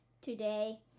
today